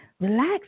Relax